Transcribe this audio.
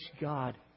God